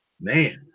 Man